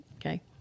okay